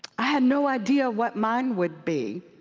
i had no idea what mine would be,